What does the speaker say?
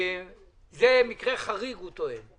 זה מקרה חריג, הוא טוען.